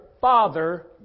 father